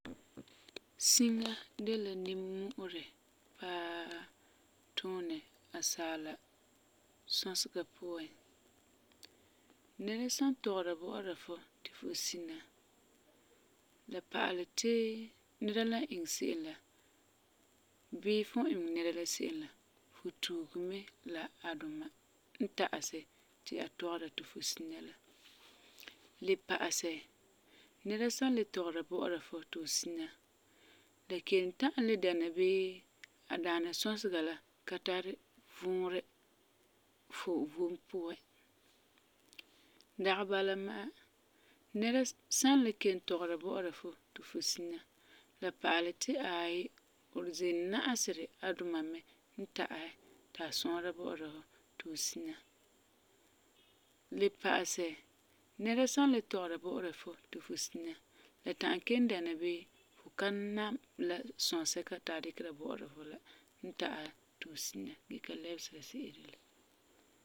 Siŋa de la nimmu'urɛ paa tuunɛ asaala sɔsega puan. Nɛra san tɔgera bɔ'ɔra fu ti fu sina, la pa'alɛ ti nɛra la n iŋɛ se'em la bii fum n iŋɛ nɛra la se'em la fu tuuge mɛ la baduma n ta'asɛ ti a tɔgera ti fu sina. Le pa'asɛ, nɛra san le tɔgera bɔ'ɔra fu ti fu sina la kelum ta'am le dɛna bii a daana sɔsega la ka tari vuurɛ fu vom puan. Dagi bala ma'a, nɛra san le kelum tɔgera bɔ'ɔra fu ti fu sina la pa'alɛ ti aai fu ziim na'aseri a duma mɛ n ta'asɛ ti a sɔsera bɔ'ɔra fu ti fu sina la. Le pa'asɛ, nɛra san le tɔgera bɔ'ɔra fu ti fu sina, la ta'am kelum dɛna bii fu ka nam la sɔsesɛka ti a dikera bɔ'ɔra fu la n ta'asɛ ti fu sina gee ka lɛbesera e se'ere la.